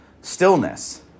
stillness